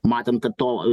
matėm kad to